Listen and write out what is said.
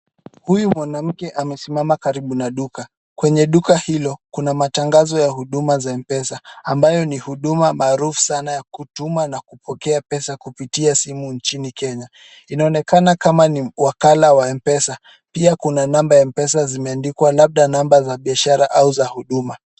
Huyu mwanamke amesimama karibu na duka. Kwenye duka hilo, kuna matangazo ya huduma ya M-Pesa ambayo ni huduma maarufu sana ya kutuma na kupokea pesa kupitia simu nchini Kenya. Inaonekana kama ni wakala wa M-Pesa. Pia kuna namba za M-Pesa zimeandikwa, labda namba za biashara au za huduma.